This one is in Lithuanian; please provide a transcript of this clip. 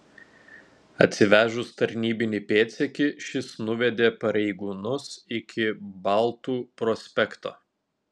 atsivežus tarnybinį pėdsekį šis nuvedė pareigūnus iki baltų prospekto